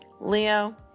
Leo